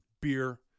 beer